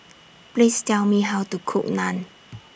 Please Tell Me How to Cook Naan